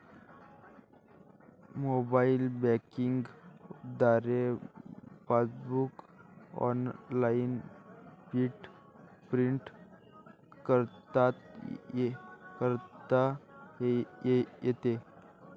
mobile banking द्वारे passbook online print करता येते